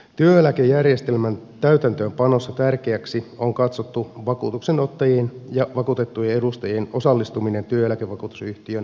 työeläkejärjestelmän täytäntöönpanossa tärkeäksi on katsottu vakuutuksenottajien ja vakuutettujen edustajien osallistuminen työeläkevakuutusyhtiön hallintoon